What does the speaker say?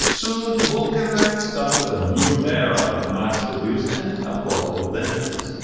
soon, vulcanite started a new era of mass-produced and affordable dentures.